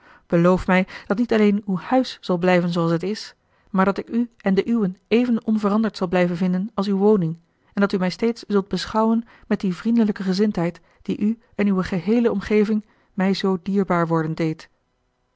beloof mij dat niet alleen uw huis zal blijven zooals het is maar dat ik u en de uwen even onveranderd zal blijven vinden als uwe woning en dat u mij steeds zult beschouwen met die vriendelijke gezindheid die u en uwe geheele omgeving mij zoo dierbaar worden deed